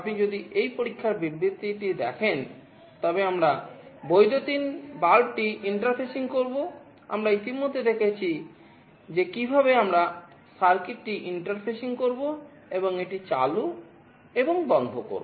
আপনি যদি এই পরীক্ষার বিবৃতিটি দেখেন তবে আমরা বৈদ্যুতিন বাল্বটি ইন্টারফেসিং করব এবং এটি চালু এবং বন্ধ করব